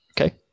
Okay